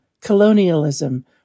colonialism